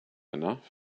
enough